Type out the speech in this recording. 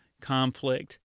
conflict